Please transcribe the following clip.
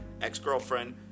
ex-girlfriend